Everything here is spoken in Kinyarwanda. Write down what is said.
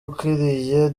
ukuriye